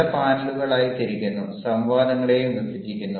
പല പാനലുകൾ ആയി തിരിക്കുന്നു സംവാദങ്ങളെയും വിഭജിക്കുന്നു